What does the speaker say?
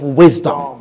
wisdom